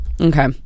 Okay